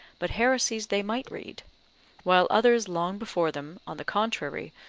but heresies they might read while others long before them, on the contrary,